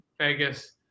Vegas